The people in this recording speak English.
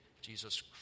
Jesus